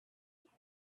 tight